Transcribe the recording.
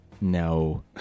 No